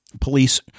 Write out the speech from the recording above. police